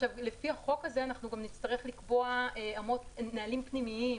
לפי החוק הזה אנחנו גם נצטרך לקבוע נהלים פנימיים